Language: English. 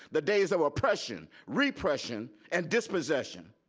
the days of oppression, repression and dispossession,